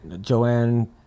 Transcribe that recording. Joanne